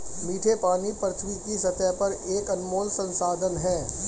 मीठे पानी पृथ्वी की सतह पर एक अनमोल संसाधन है